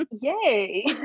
Yay